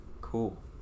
Cool